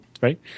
right